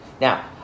Now